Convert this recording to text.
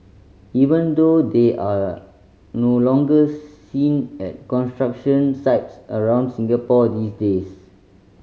even though they are no longer seen at construction sites around Singapore these days